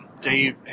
Dave